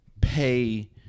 pay